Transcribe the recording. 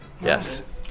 Yes